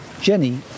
jenny